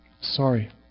sorry